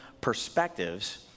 perspectives